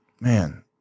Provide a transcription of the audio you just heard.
man